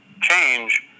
change